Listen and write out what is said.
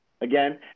again